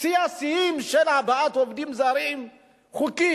שיא השיאים של הבאת עובדים זרים חוקית,